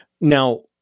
Now